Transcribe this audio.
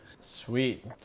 sweet